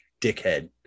dickhead